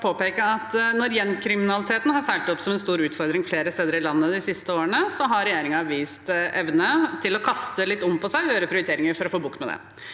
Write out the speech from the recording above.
når gjengkriminaliteten har seilt opp som en stor utfordring flere steder i landet de siste årene, har regjeringen vist evne til å kaste seg rundt ved å gjøre prioriteringer for å få bukt med det.